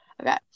Okay